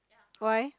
why